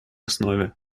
основе